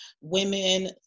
women